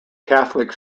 catholic